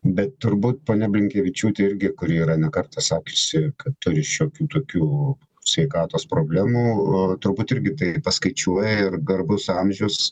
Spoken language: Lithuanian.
bet turbūt ponia blinkevičiūtė irgi kuri yra ne kartą sakiusi kad turi šiokių tokių sveikatos problemų turbūt irgi tai paskaičiuoja ir garbus amžius